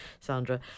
Sandra